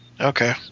Okay